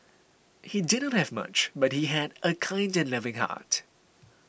he did not have much but he had a kind and loving heart